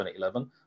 2011